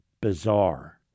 Bizarre